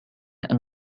and